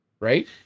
Right